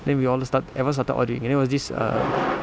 then we all start everyone started ordering and then there was this err